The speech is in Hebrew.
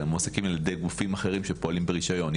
אלא על ידי גופים אחרים שפועלים ברישיון,